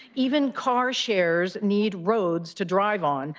even car shares need roads to drive on,